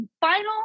final